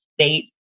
state